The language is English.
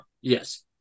yes